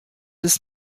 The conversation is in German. ist